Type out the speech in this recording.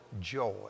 joy